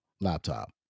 laptop